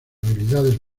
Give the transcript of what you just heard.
habilidades